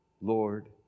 Lord